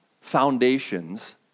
foundations